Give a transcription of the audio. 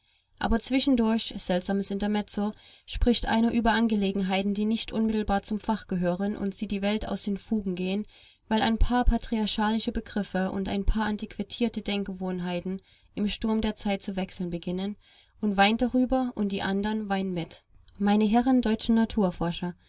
aber zwischendurch seltsames intermezzo spricht einer über angelegenheiten die nicht unmittelbar zum fach gehören und sieht die welt aus den fugen gehen weil ein paar patriarchalische begriffe und ein paar antiquierte denkgewohnheiten im sturm der zeit zu wechseln beginnen und weint darüber und die andern weinen mit meine herren deutschen naturforscher